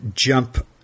jump